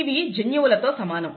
ఇవి జన్యువుల తో సమానం